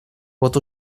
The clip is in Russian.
вот